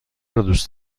دوست